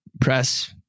press